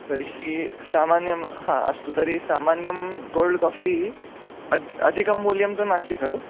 तर्हि सामान्यं अस्तु तर्हि सामान्यं कोल्ड् काफ़ि अद् अधिकं मूल्यं तु नास्ति खलु